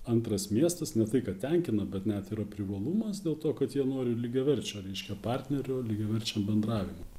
antras miestas ne tai kad tenkina bet net yra privalumas dėl to kad jie nori lygiaverčio reiškia partnerio lygiaverčiam bendravimui